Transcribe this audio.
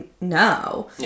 no